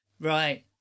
Right